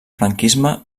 franquisme